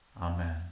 Amen